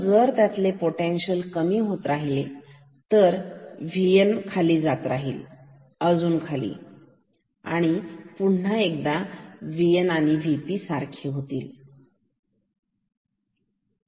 परंतु जर त्यातील पोटेन्शिअल कमी होत राहिले तर VN अधिक होईल तर खाली जात राहिले अजून खाली तर पुन्हा एकदा V N V P